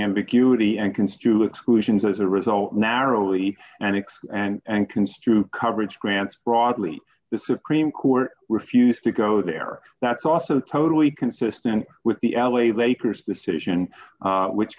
ambiguity and construe exclusions as a result narrowly and ix and construe coverage grants broadly the supreme court refused to go there that's also totally consistent with the l a lakers decision which